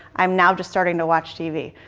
i'm now just starting to watch tv.